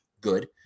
good